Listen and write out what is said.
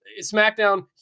SmackDown